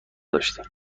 داشتیم